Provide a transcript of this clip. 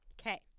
Okay